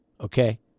okay